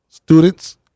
students